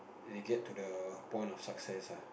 they get to the point of success ah